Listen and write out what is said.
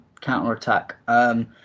counterattack